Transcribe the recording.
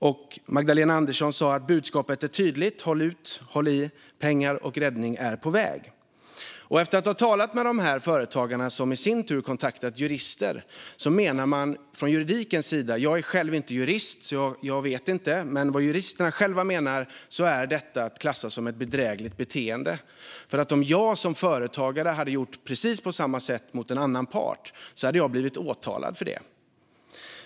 Och Magdalena Andersson sa: Budskapet är tydligt - håll ut, håll i, pengar och räddning är på väg. Efter att ha talat med dessa företagare, som i sin tur kontaktat jurister, menar man från juridikens sida - jag är själv inte jurist, så jag vet inte - att detta är att klassa som ett bedrägligt beteende. Om jag som företagare hade gjort precis på samma sätt mot en annan part hade jag blivit åtalad för det.